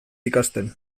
ikasten